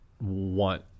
want